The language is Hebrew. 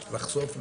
לחשוף,